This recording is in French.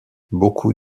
beaucoup